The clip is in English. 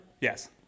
Yes